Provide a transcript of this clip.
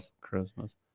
Christmas